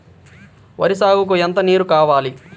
వరి సాగుకు ఎంత నీరు కావాలి?